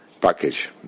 package